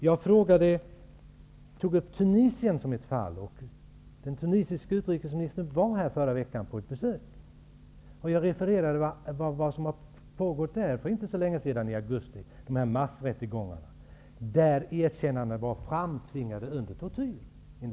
Jag tog Tunisien som exempel. Den tunisiske utrikesministern var här på besök förra veckan. Jag refererade vad som inträffade i augusti vid massrättegångar då erkännanden enligt Amnesty var framtvingade under tortyr.